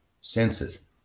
senses